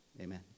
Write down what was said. Amen